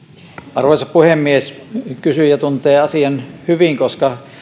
arvoisa puhemies kysyjä tuntee asian hyvin